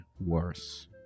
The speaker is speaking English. worse